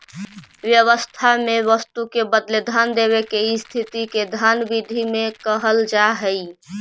व्यवस्था में वस्तु के बदले धन देवे के स्थिति के धन विधि में कहल जा हई